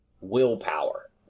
willpower